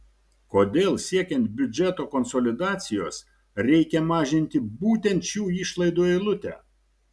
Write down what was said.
kodėl siekiant biudžeto konsolidacijos reikia mažinti būtent šių išlaidų eilutę